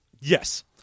Yes